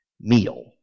Meal